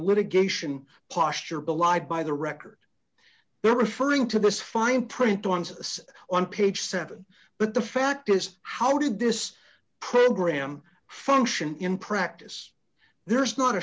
litigation posture belied by the record there referring to this fine print on service on page seven but the fact is how did this program function in practice there's not a